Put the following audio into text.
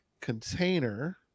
container